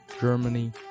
Germany